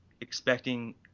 expecting